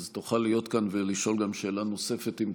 מתנ"סים, תוכניות העשרה, כולם בסכנת סגירה מיידית.